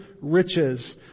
riches